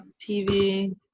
TV